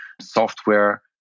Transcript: software